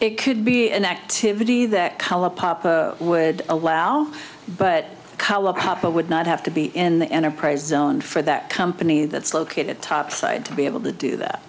it could be an activity that color pop would allow but hopper would not have to be in the enterprise zone for that company that's located topside to be able to do that